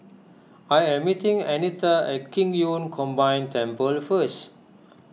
I am meeting Annetta at Qing Yun Combined Temple first